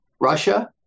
Russia